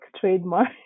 trademark